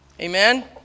Amen